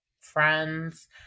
friends